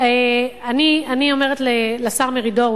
אני אומרת לשר מרידור,